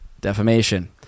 defamation